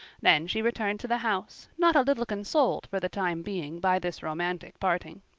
then she returned to the house, not a little consoled for the time being by this romantic parting.